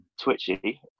twitchy